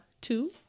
two